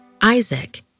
Isaac